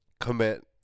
commit